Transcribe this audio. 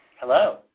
Hello